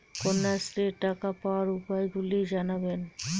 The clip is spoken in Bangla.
কন্যাশ্রীর টাকা পাওয়ার উপায়গুলি জানাবেন?